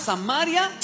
Samaria